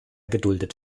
geduldet